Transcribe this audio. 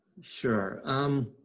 Sure